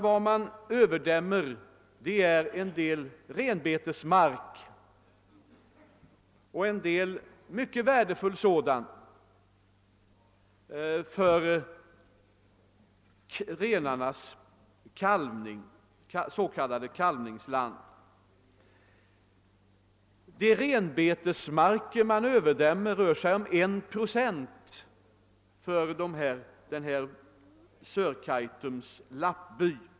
Vad man dämmer över är en del renbetesmark och en del mycket värdefull mark i renarnas s.k. kalvningsland. De renbetesmarker man överdämmer rör sig om en procent för Sörkaitums lappby.